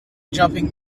jumping